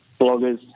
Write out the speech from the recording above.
bloggers